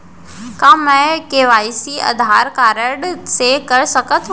का मैं KYC Aadhaar card से कर सकत हो?